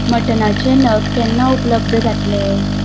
मटनाचे नग केन्ना उपलब्द जातले